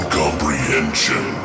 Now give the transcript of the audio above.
comprehension